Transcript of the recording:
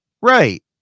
Right